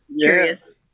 curious